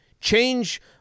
Change